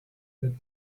that